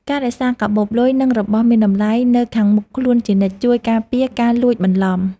ការរក្សាកាបូបលុយ និងរបស់មានតម្លៃនៅខាងមុខខ្លួនជានិច្ច ជួយការពារការលួចបន្លំ។